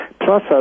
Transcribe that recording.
Plus